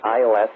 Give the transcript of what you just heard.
ILS